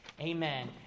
Amen